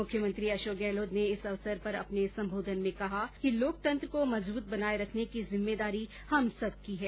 मुख्यमंत्री अशोक गहलोत ने इस अवसर पर अपने संबोधन में कहा कि लोकतंत्र को मजबूत बनाये रखने की जिम्मेदारी हम सबकी है